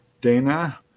dana